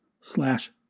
slash